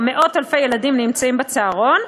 מאות-אלפי ילדים נמצאים בצהרון,